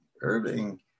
Irving